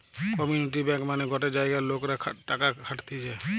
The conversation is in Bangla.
কমিউনিটি ব্যাঙ্ক মানে গটে জায়গার লোকরা টাকা খাটতিছে